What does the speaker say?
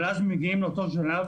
אבל אז מגיעים לאותו שלב,